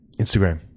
Instagram